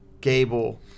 Gable